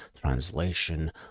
translation